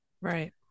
Right